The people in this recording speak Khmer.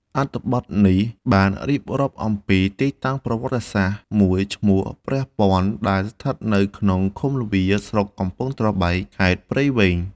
អត្ថបទនេះបានរៀបរាប់អំពីទីតាំងប្រវត្តិសាស្ត្រមួយឈ្មោះ “ព្រះពាន់” ដែលស្ថិតនៅក្នុងឃុំល្វា ស្រុកកំពង់ត្របែក ខេត្តព្រៃវែង។